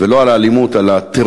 ולא על האלימות, על הטרור.